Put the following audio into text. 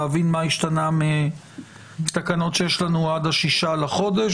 להבין מה השתנה מהתקנות שיש לנו עד ה-6 בחודש,